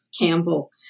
Campbell